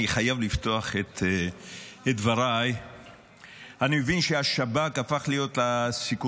אני חייב לפתוח את דבריי בכך שאני מבין שהשב"כ הפך להיות הסקוריטטה,